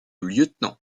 lieutenant